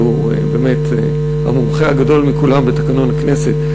שהוא המומחה הגדול מכולם בתקנון הכנסת,